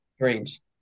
dreams